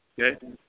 okay